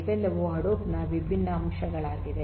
ಇವೆಲ್ಲವೂ ಹಡೂಪ್ ನ ವಿಭಿನ್ನ ಅಂಶಗಳಾಗಿವೆ